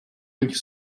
bych